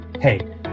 Hey